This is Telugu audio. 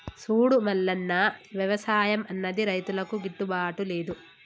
సూడు మల్లన్న, వ్యవసాయం అన్నది రైతులకు గిట్టుబాటు లేదు